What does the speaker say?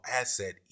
asset